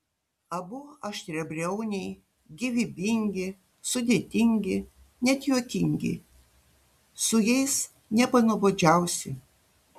abu aštriabriauniai gyvybingi sudėtingi net juokingi su jais nepanuobodžiausi